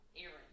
Aaron